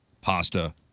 pasta